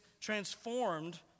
transformed